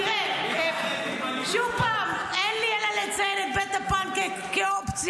תראה ------- אין לי אלא לציין את בית הפנקייק כאופציה,